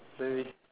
maybe